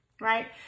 Right